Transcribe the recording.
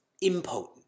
impotent